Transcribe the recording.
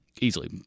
easily